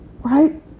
Right